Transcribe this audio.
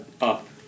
up